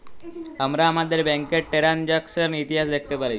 আমরা আমাদের ব্যাংকের টেরানযাকসন ইতিহাস দ্যাখতে পারি